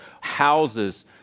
houses